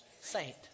saint